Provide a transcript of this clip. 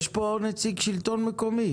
יש פה נציגים של השלטון המקומי?